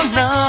no